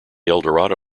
eldorado